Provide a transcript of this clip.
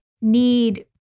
need